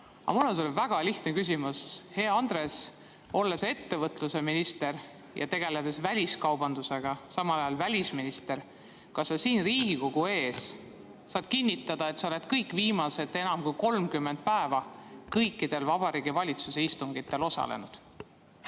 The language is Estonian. Aga mul on sulle väga lihtne küsimus. Hea Andres, olles ettevõtlusminister ja tegeledes väliskaubandusega, samal ajal välisminister, kas sa siin Riigikogu ees saad kinnitada, et sa oled kõik viimased enam kui 30 päeva kõikidel Vabariigi Valitsuse istungitel osalenud?